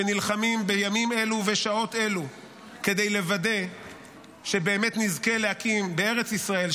שנלחמים בימים אלו ובשעות אלו כדי לוודא שבאמת נזכה להקים בארץ ישראל,